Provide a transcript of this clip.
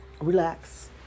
Relax